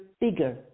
bigger